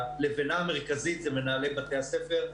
הלבנה המרכזית זה מנהלי בתי הספר,